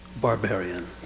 barbarian